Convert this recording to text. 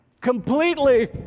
completely